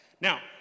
Now